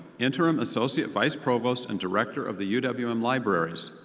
interim associate vice provost. and director of the u w m libraries.